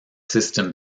system